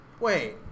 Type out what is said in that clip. Wait